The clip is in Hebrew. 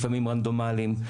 לפעמים רנדומאליים,